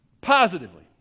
Positively